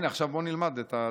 בוא נלמד את הדברים,